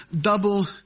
double